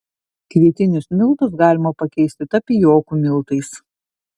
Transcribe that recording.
kvietinius miltus galima pakeisti tapijokų miltais